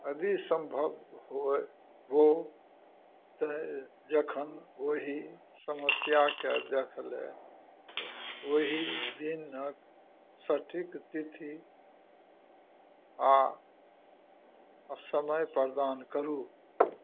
यदि सम्भव होय हो तऽ जखन ओहि समस्याकेँ देखय लेल ओहि दिनक सटीक तिथि आ समय प्रदान करू